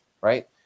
right